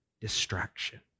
distraction